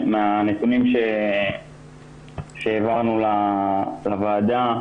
מהנתונים שהעברנו לוועדה,